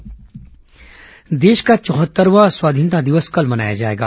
स्वतंत्रता दिवस देश का चौहत्तरवां स्वाधीनता दिवस कल मनाया जाएगा